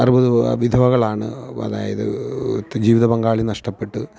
അറുപത് വിധവകളാണ് അതായത് ജീവിതപങ്കാളി നഷ്ടപ്പെട്ടു